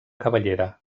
cabellera